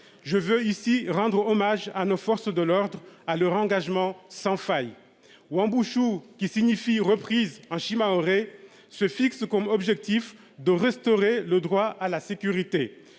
Je veux ici, rendre hommage à nos forces de l'ordre à leur engagement sans faille ou en Bouchoux, qui signifie reprise hein shimaoré se fixe comme objectif de restaurer le droit à la sécurité,